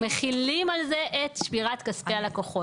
מחילים על זה את שמירת כספי הלקוחות.